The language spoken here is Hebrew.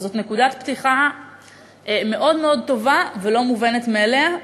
וזאת נקודת פתיחה מאוד מאוד טובה ולא מובנת מאליה,